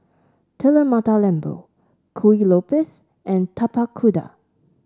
Telur Mata Lembu Kuih Lopes and Tapak Kuda